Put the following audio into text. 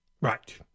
Right